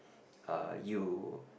uh you